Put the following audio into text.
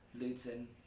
Luton